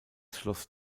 schloss